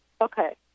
Okay